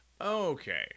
Okay